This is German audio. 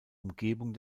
umgebung